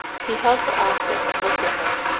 he held her off then and looked at her.